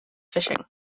fishing